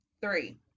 Three